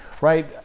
right